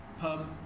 pub